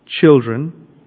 children